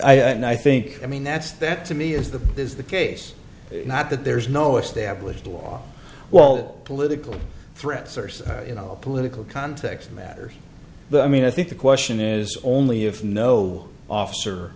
now i think i mean that's that to me is the is the case not that there is no established law while political threats are so in all political context matters but i mean i think the question is only if no officer